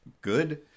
good